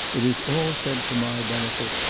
it is all said for my benefit,